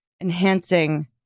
enhancing